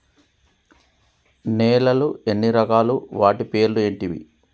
నేలలు ఎన్ని రకాలు? వాటి పేర్లు ఏంటివి?